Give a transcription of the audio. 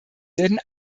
werden